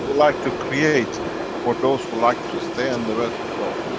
like to create for those who like to stay and the rest to go.